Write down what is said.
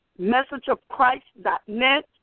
messageofchrist.net